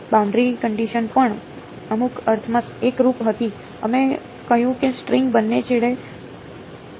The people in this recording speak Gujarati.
બાઉન્ડરી કંડિશન પણ અમુક અર્થમાં એકરૂપ હતી અમે કહ્યું કે સ્ટ્રિંગ બંને છેડે ક્લેમ્પ્ડ છે